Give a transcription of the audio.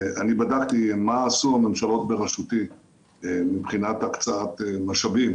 אני בדקתי מה עשו הממשלות בראשותי מבחינת הקצאת משאבים